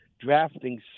drafting